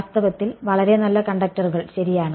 വാസ്തവത്തിൽ വളരെ നല്ല കണ്ടക്ടറുകൾ ശരിയാണ്